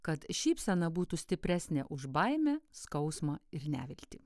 kad šypsena būtų stipresnė už baimę skausmą ir neviltį